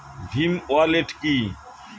Bhim wallet কি?